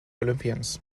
olympians